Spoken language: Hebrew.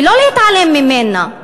ולא להתעלם ממנה,